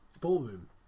ballroom